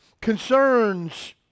concerns